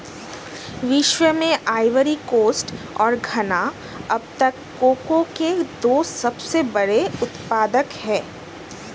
विश्व में Ivory Coast और घना अब तक कोको के दो सबसे बड़े उत्पादक है